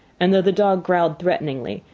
and though the dog growled threateningly,